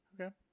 Okay